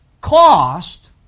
cost